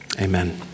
amen